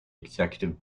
executive